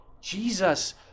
Jesus